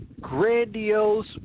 grandiose